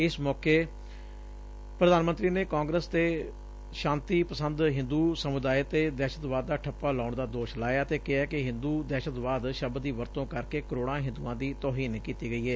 ਇਸ ਮੌਕੇ ਪ੍ਰਧਾਨ ਮੰਤਰੀ ਨੇ ਕਾਂਗਰਸ ਤੇ ਸ਼ਾਂਤੀ ਪਸੰਦ ਹਿੰਦੁ ਸਮੁਦਾਇਕ ਤੇ ਦਹਿਸ਼ਤਵਾਦ ਦਾ ਠੱਪਾ ਲਾਉਣ ਦਾ ਦੋਸ਼ ਲਾਇਆ ਅਤੇ ਕਿਹਾ ਕਿ ਹਿੰਦੂ ਦਹਿਸਤਵਾਦ ਸ਼ਬਦ ਦੀ ਵਰਤੋਂ ਕਰਕੇ ਕਰੋੜਾਂ ਹਿੰਦੂਆਂ ਦੀ ਤੋਹੀਨ ਕੀਤੀ ਏ